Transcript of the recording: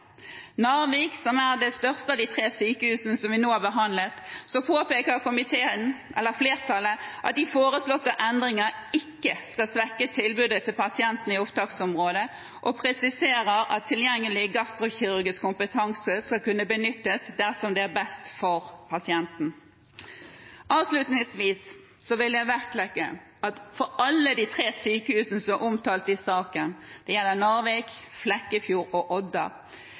Narvik, som er det største av de tre sykehusene som vi nå har behandlet, påpeker flertallet at de foreslåtte endringene ikke skal svekke tilbudet til pasientene i opptaksområdet, og presiserer at tilgjengelig gastrokirurgisk kompetanse skal kunne benyttes dersom det er best for pasienten. Avslutningsvis vil jeg vektlegge at alle de tre sykehusene som er omtalt i saken – det gjelder Narvik, Flekkefjord og Odda